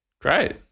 Great